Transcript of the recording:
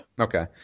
Okay